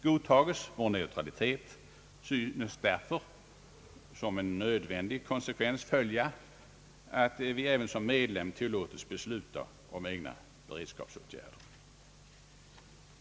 Godtages vår neutralitet synes därför som en nödvändig konsekvens följa att vi även som medlem tillåtes besluta om egna beredskapsåtgärder.